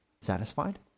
Satisfied